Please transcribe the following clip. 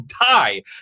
die